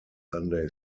sunday